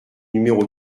numéro